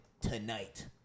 tonight